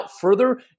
further